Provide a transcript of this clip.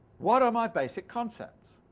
what are my basic concepts